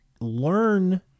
learn